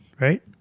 right